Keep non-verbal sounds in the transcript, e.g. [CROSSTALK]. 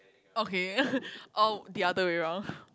okay [LAUGHS] or the other way round